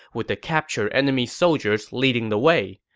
with the captured enemy soldiers leading the way.